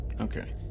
Okay